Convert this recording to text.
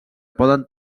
poden